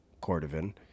cordovan